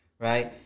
right